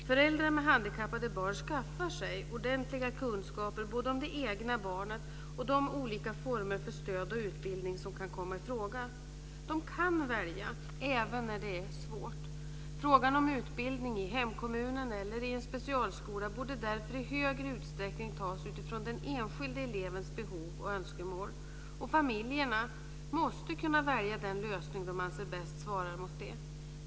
Föräldrar med handikappade barn skaffar sig ordentliga kunskaper både om det egna barnet och om de olika former för stöd och utbildning som kan komma i fråga. De kan välja, även när det är svårt. Frågan om utbildning i hemkommunen eller i en specialskola borde därför i större utsträckning tas utifrån den enskilde elevens behov och önskemål. Familjerna måste kunna välja den lösning de anser bäst svarar mot det.